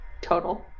total